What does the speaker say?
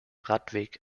radweg